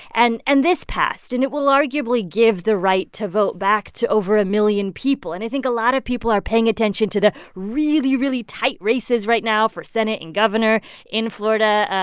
and and this passed. and it will arguably give the right to vote back to over a million people. and i think a lot of people are paying attention to the really, really tight races right now for senate and governor in florida,